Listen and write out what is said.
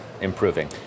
improving